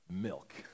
milk